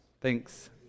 Thanks